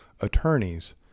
attorneys